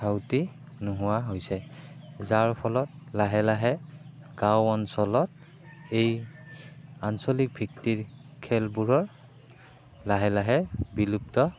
ধাউতি নোহোৱা হৈছে যাৰ ফলত লাহে লাহে গাঁও অঞ্চলত এই আঞ্চলিক ভিত্তিক খেলবোৰৰ লাহে লাহে বিলুপ্ত